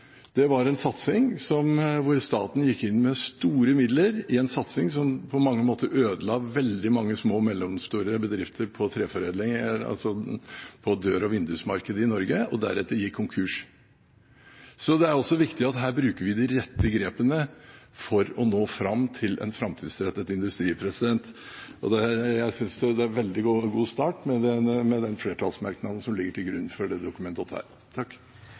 Det var en satsing hvor staten gikk inn med store midler i en satsing som på mange måter ødela veldig mange små og mellomstore bedrifter innen treforedling, altså på dør- og vindusmarkedet i Norge, og som deretter gikk konkurs. Så det er også viktig at her bruker vi de rette grepene for å nå fram til en framtidsrettet industri, og jeg synes det er en veldig god start med den flertallsmerknaden som Dokument 8-forslaget ligger til grunn for. La meg starte med å